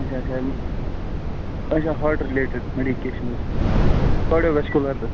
اچھا اچھا اچھا heart related medications cardiovascular تہِ